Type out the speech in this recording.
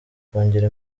kongera